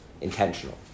intentional